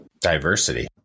Diversity